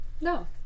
no